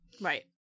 Right